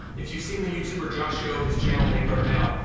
if you've seen the youtuber josh yeo, his channel make art now.